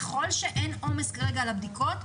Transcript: ככל שאין עומס כרגע על הבדיקות,